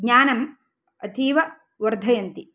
ज्ञानम् अतीव वर्धयन्ति